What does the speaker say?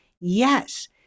Yes